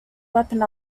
weapon